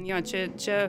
jo čia čia